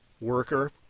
worker